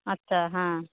আচ্ছা হ্যাঁ